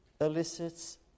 elicits